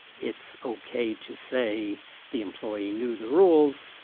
it's okay to say the employee knew the rules